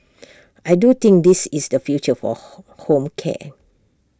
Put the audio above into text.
I do think this is the future for home care